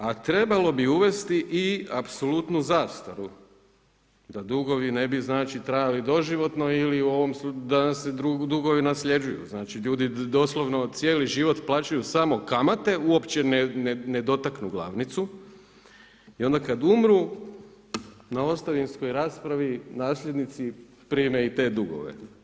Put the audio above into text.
A trebalo bi uvesti i apsolutnu zastaru da dugovi ne bi trajali doživotno ili da nam se dugovi nasljeđuju, znači ljudi doslovno cijeli život plaćaju samo kamate, uopće ne dotaknu glavnicu i onda kad umru, na ostavinskoj raspravi nasljednici prime i te dugove.